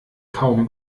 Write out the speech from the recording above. kaum